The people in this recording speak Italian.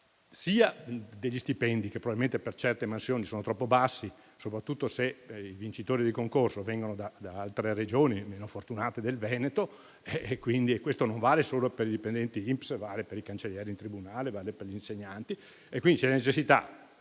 degli stipendi, che probabilmente per certe mansioni sono troppo bassi, soprattutto se i vincitori di concorso vengono da altre Regioni meno fortunate del Veneto. Questo non vale solo per i dipendenti INPS, ma vale per i cancellieri in tribunale e vale per gli insegnanti. È necessario